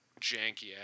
janky